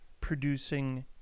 producing